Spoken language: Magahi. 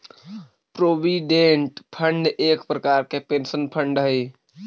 प्रोविडेंट फंड एक प्रकार के पेंशन फंड हई